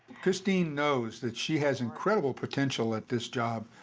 cristine knows that she has incredible potential at this job.